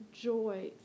joy